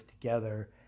together